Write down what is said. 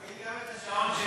אני בעד השעון של